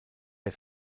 der